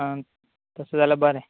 आं तशें जाल्यार बरें